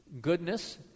Goodness